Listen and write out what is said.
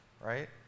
right